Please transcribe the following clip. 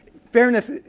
fairness